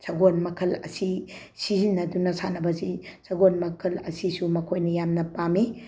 ꯁꯒꯣꯜ ꯃꯈꯜ ꯑꯁꯤ ꯁꯤꯖꯤꯟꯅꯗꯨꯅ ꯁꯥꯟꯅꯕꯁꯤ ꯁꯒꯣꯜ ꯃꯈꯜ ꯑꯁꯤꯁꯨ ꯃꯈꯣꯏꯅ ꯌꯥꯝꯅ ꯄꯥꯝꯃꯤ